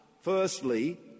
firstly